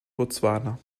botswana